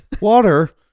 Water